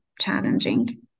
challenging